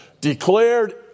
declared